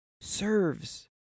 serves